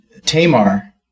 Tamar